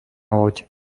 loď